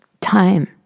Time